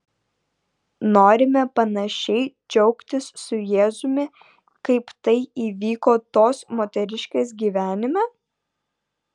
norime panašiai džiaugtis su jėzumi kaip tai įvyko tos moteriškės gyvenime